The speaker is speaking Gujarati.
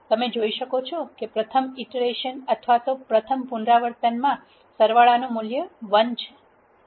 તમે જોઈ શકો છો કે પ્રથમ iter અથવા પ્રથમ પુનરાવર્તનમાં સરવાળાનું મૂલ્ય 1 છે